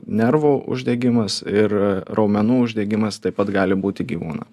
nervų uždegimas ir raumenų uždegimas taip pat gali būti gyvūnam